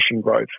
growth